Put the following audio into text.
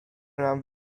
nam